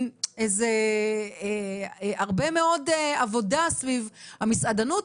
אני רוצה לסקור את המצב היום במסעדות.